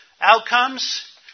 Outcomes